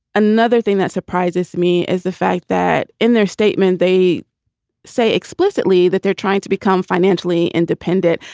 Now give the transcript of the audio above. another thing that surprises me is the fact that in their statement, they say explicitly that they're trying to become financially independent.